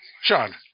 Sean